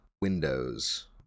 windows